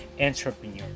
entrepreneur